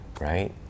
Right